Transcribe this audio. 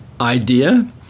idea